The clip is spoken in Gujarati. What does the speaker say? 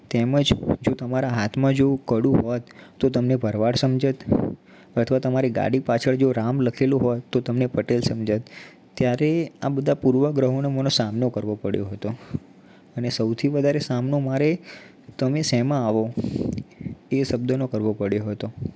તેમ જ જો તમારા હાથમાં જો કડું હોત તો તમને ભરવાડ સમજત અથવા તમારી ગાડી પાછળ રામ જો લખેલું હોત તો તમને પટેલ સમજત ત્યારે આ બધા પૂર્વગ્રહોનો મને સામનો કરવો પડ્યો હતો અને સૌથી વધારે સામનો મારે તમે શેમાં આવો એ શબ્દનો કરવો પડ્યો હતો